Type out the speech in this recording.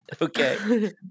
Okay